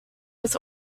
was